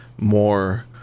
more